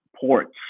ports